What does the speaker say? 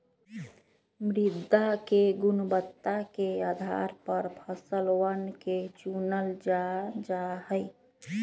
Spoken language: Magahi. मृदा के गुणवत्ता के आधार पर फसलवन के चूनल जा जाहई